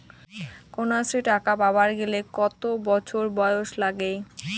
কন্যাশ্রী টাকা পাবার গেলে কতো বছর বয়স লাগে?